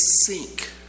sink